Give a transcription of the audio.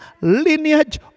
lineage